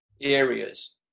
areas